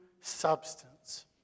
substance